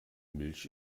milch